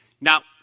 Now